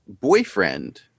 boyfriend